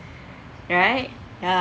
you're right ya